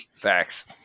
Facts